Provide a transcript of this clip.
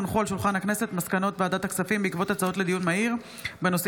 הונחו על שולחן הכנסת מסקנות ועדת הכספים בעקבות דיון מהיר בהצעתם